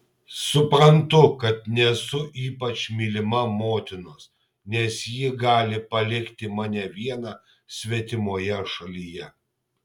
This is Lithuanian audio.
suprantu kad nesu ypač mylima motinos nes ji gali palikti mane vieną svetimoje šalyje